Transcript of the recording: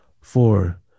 four